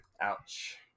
Ouch